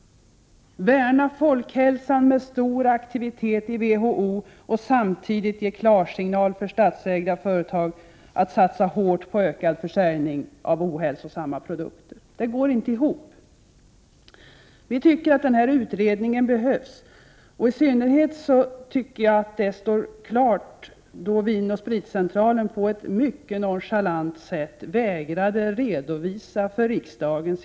Man värnar folkhälsan med stor aktivitet inom WHO, och man ger samtidigt klarsignal till statliga företag för en hårdare satsning på en ökad försäljning av ohälsosamma produkter. Det går inte ihop. Vi anser att den här utredningen behövs. Jag tycker att det i synnerhet står klart efter det att AB Vin & Spritcentralen på ett mycket nonchalant sätt vägrat att redovisa sin export för riksdagen.